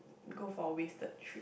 go for a wasted trip